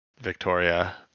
Victoria